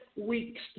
weeks